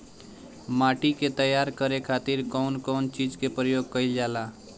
माटी के तैयार करे खातिर कउन कउन चीज के प्रयोग कइल जाला?